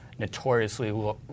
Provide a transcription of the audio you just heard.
notoriously